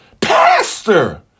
Pastor